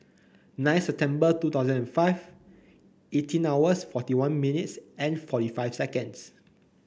nine September two thousand and five eighteen hours forty one minutes and forty five seconds